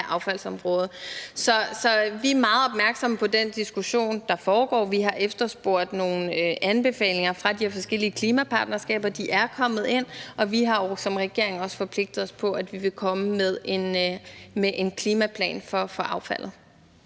affaldsområdet. Så vi er meget opmærksomme på den diskussion, der foregår, og vi har efterspurgt nogle anbefalinger fra de her forskellige klimapartnerskaber. De er kommet ind, og vi har jo som regering også forpligtet os på, at vi vil komme med en klimaplan for affaldet.